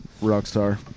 Rockstar